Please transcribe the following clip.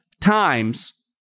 times